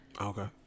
Okay